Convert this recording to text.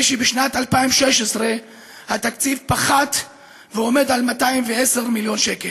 ואילו בשנת 2016 התקציב פחת ועומד על 210 מיליון שקל.